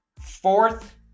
fourth